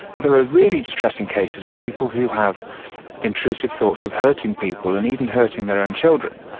there are really distressing cases of people who have intrusive thoughts of hurting people and even hurting their own children,